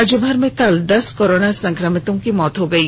राज्यभर में कल दस कोरोना संक्रमितों की मौत हो गयी